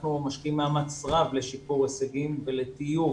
אנחנו משקיעים מאמץ רב לשיפור הישגים ולטיוב